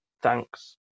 thanks